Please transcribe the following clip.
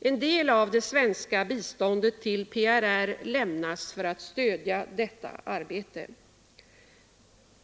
En del av det svenska biståndet till PRR lämnas för att stödja detta arbete.